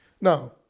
Now